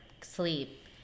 sleep